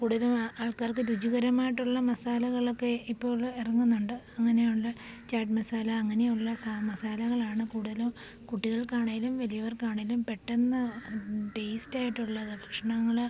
കൂടുതലും അ ആൾക്കാർക്ക് രുചികരമായിട്ടുള്ള മസാലകളൊക്കെ ഇപ്പോള് ഇറങ്ങുന്നുണ്ട് അങ്ങനെ ഉള്ള ചാറ്റ് മസാല അങ്ങനെയുള്ള സാ മസാലകളാണ് കൂടുതലും കുട്ടികൾക്കാണേലും വലിയവർക്കാണേലും പെട്ടെന്ന് ടേസ്റ്റായിട്ടുള്ളത് ഭക്ഷണങ്ങള്